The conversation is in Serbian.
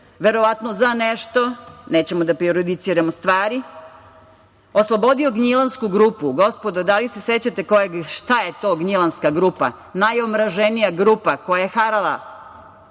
verovatno za nešto, nećemo da prejudiciramo stvari, oslobodio „Gnjilansku grupu“. Gospodo, da li se sećate ko je i šta je to „Gnjilanska grupa“? Najomraženija grupa koja je harala,